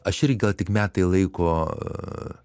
aš irgi gal tik metai laiko